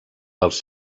dels